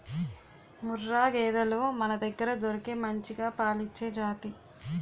ముర్రా గేదెలు మనదగ్గర దొరికే మంచిగా పాలిచ్చే జాతి